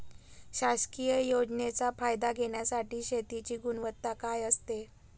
शासकीय योजनेचा फायदा घेण्यासाठी शेतीची गुणवत्ता काय असते?